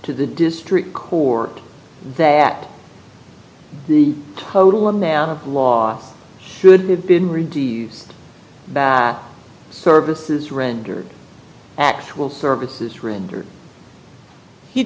to the district court that the total amount of law should have been reduced by services rendered actual services rendered he